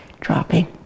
dropping